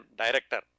director